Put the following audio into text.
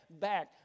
back